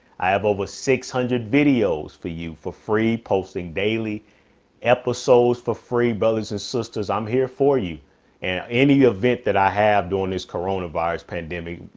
i have over six hundred videos for you for free posting daily episodes for free brothers and sisters. i'm here for you and any event that i have during this corona virus pandemic,